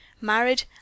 married